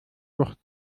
wucht